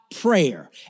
prayer